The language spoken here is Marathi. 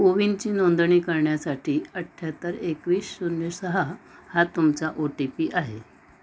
कोविनची नोंदणी करण्यासाठी अठ्ठ्याहत्तर एकवीस शून्य सहा हा तुमचा ओ टी पी आहे